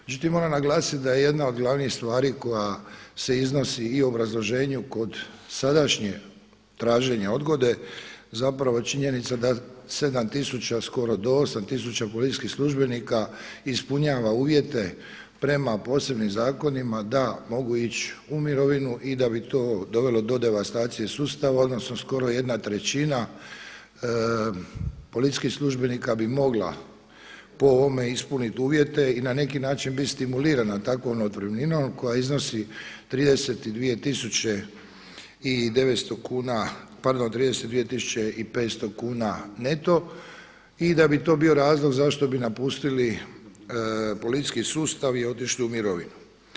Međutim moram naglasiti da je jedna od glavnih stvari koja se iznosi i u obrazloženju kod sadašnjeg traženja odgode zapravo činjenica da sedam tisuća skoro do osam tisuća policijskih službenika ispunjava uvjete prema posebnim zakonima da mogu ići u mirovinu i da bi to dovelo do devastacije sustava odnosno skoro jedna trećina policijskih službenika bi mogla po ovome ispuniti uvjete i na neki način biti stimulirana takvom otpremninom koja iznosi 32 tisuće i 500 kuna neto i da bi to bio razlog zašto bi napustili policijski sustav i otišli u mirovinu.